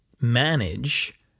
manage